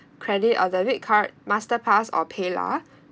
credit or debit card master pass or paylah